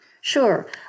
Sure